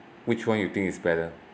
which one you think is better